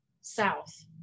South